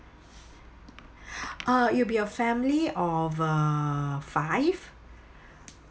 uh it will be a family of uh five